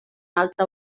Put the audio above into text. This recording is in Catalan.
alta